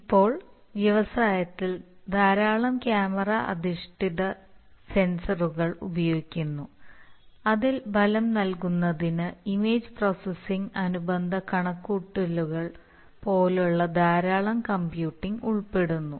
ഇപ്പോൾ വ്യവസായത്തിൽ ധാരാളം ക്യാമറ അധിഷ്ഠിത സെൻസറുകൾ ഉപയോഗിക്കുന്നു അതിൽ ഫലം നൽകുന്നതിന് ഇമേജ് പ്രോസസ്സിംഗ് അനുബന്ധ കണക്കുകൂട്ടൽ പോലുള്ള ധാരാളം കമ്പ്യൂട്ടിംഗ് ഉൾപ്പെടുന്നു